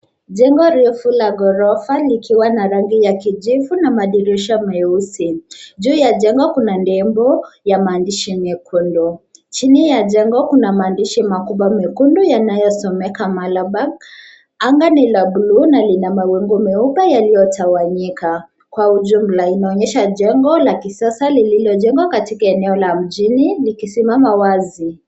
Jengo refu la ghorofa likiwa na rangi ya kijivu na madirisha meusi. Juu ya jengo kuna nembo ya maadishi nyekundu. Chini ya jengo kuna maandishi makubwa mekundu yanayosomeka Malaba. Anga ni la buluu na lina mawingu meupe yaliyotawanyika. Kwa ujumla, inaonyesha jengo la kisasa lililojengwa katika eneo la mjini likisimama wazi.